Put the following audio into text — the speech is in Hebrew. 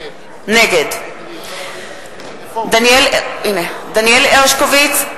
נגד דניאל הרשקוביץ,